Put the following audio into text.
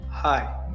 Hi